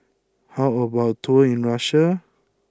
how about tour in Russia